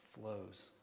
flows